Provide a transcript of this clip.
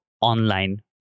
online